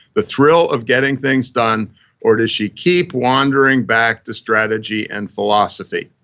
the thrill of getting things done or does she keep wondering back to strategy and philosophy?